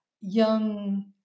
young